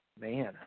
man